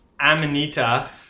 Amanita